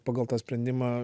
pagal tą sprendimą